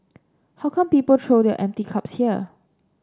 how come people throw their empty cups here